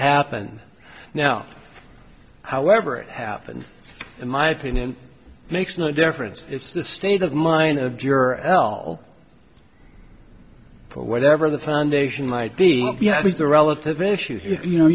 happen now however it happened in my opinion makes no difference it's the state of mind of juror l or whatever the foundation might be yeah i think the relative issues you know